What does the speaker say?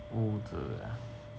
屋子 ah